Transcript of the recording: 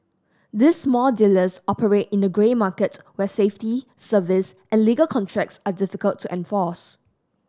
these small dealers operate in the grey market where safety service and legal contracts are difficult to enforce